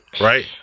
right